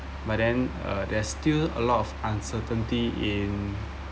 but then uh there're still a lot of uncertainty in